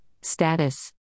status